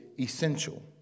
essential